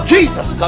Jesus